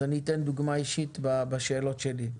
אתן דוגמה אישית בשאלות שלי.